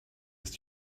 ist